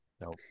no